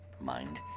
MIND